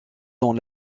dans